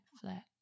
flat